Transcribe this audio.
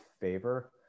favor